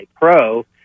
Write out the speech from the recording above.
pro